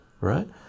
right